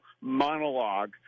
monologue